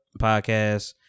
podcast